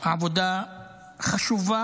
עבודה חשובה